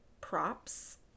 props